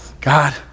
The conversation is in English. God